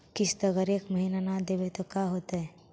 किस्त अगर एक महीना न देबै त का होतै?